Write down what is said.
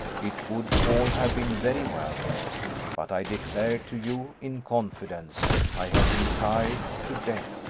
it would all have been very well but i declare to you in confidence i have been tired to death.